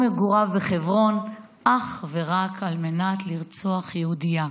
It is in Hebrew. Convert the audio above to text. מגוריו בחברון אך ורק על מנת לרצוח יהודייה.